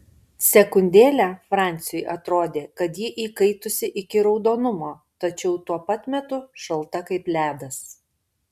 sekundėlę franciui atrodė kad ji įkaitusi iki raudonumo tačiau tuo pat metu šalta kaip ledas